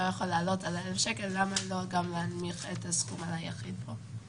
לא יכול לעלות על 1,000 שקל למה גם לא להנמיך את הסכום על היחיד פה?